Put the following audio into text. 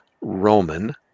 Roman